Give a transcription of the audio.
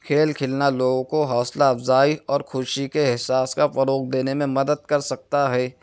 کھیل کھیلنا لوگوں کو حوصلہ افزائی اور خوشی کے احساس کا فروغ دینے میں مدد کر سکتا ہے